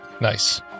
Nice